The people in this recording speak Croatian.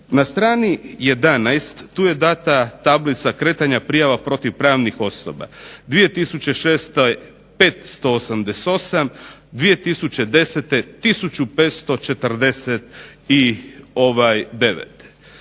Na strani 11. tu je dana tablica kretanja prijava prema pravnim osobama, 2006. 588, 2010. 1549.